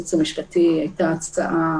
מהייעוץ המשפטי הייתה הצעה